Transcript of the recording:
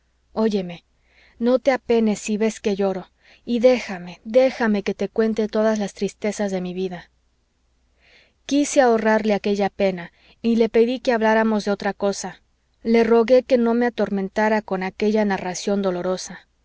oyeme no te apenes si ves que lloro y déjame déjame que te cuente todas las tristezas de mi vida quise ahorrarle aquella pena y le pedí que habláramos de otra cosa le rogué que no me atormentara con aquella narración dolorosa